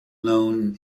known